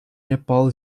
nepal